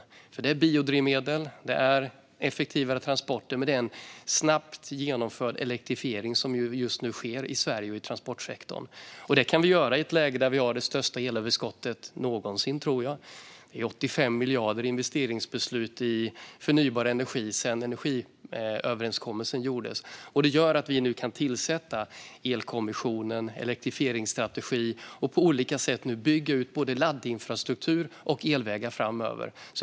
Det handlar om biodrivmedel och om effektivare transporter men också om en snabbt genomförd elektrifiering som just nu sker i Sverige och i transportsektorn. Detta kan vi göra i ett läge då vi har det största elöverskottet någonsin, tror jag. Det har beslutats om investeringar i förnybar energi på 85 miljarder sedan energiöverenskommelsen gjordes. Detta gör att vi nu kan tillsätta en elkommission och införa en elektrifieringsstrategi och på olika sätt bygga ut både laddinfrastruktur och elvägar framöver.